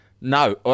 No